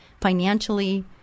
financially